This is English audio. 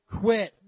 quit